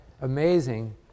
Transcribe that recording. amazing